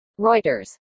Reuters